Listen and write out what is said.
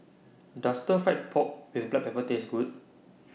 Does Stir Fry Pork with Black Pepper Taste Good